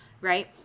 right